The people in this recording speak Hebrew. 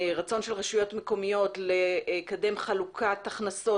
רצון של רשויות מקומיות לקדם חלוקת הכנסות